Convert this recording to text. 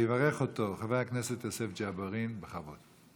יברך אותו חבר הכנסת יוסף ג'בארין, בכבוד.